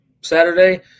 saturday